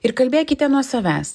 ir kalbėkite nuo savęs